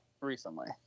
recently